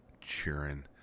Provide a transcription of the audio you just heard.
cheering